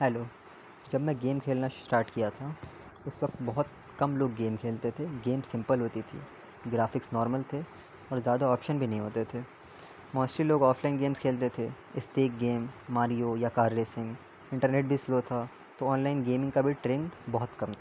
hello جب میں game کھیلنا اسٹارٹ کیا تھا اس وقت بہت کم لوگ گیم کھیلتے تھے گیم سمپل ہوتی تھی گرافکس نارمل تھے اور زیادہ آپشن بھی نہیں ہوتے تھے موسٹلی لوگ آف لائن گیمز کھیلتے تھے اسٹک گیم ماریو یا کار ریسنگ انٹرنیٹ بھی سلو تھا تو آن لائن گیمنگ کا بھی ٹرینڈ بہت کم تھا